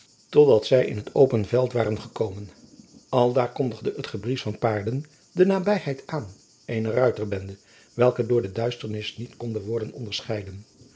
totdat zij in t open veld waren gekomen aldaar kondigde het gebriesch van paarden de nabijheid aan eener ruiterbende welke door de duisternis niet konde worden onderscheiden